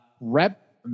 Rep